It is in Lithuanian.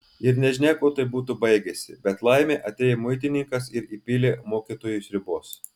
ir nežinia kuo tai būtų baigęsi bet laimė atėjo muitininkas ir įpylė mokytojui sriubos